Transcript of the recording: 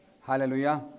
Hallelujah